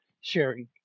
sharing